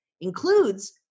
includes